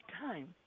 time